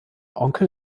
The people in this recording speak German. onkel